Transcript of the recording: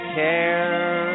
care